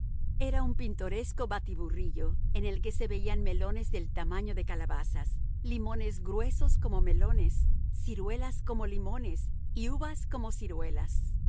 era un pintoresco batiburrillo en el que se veían melones del tamaño de calabazas limones gruesos como melones ciruelas como limones y uvas como ciruelas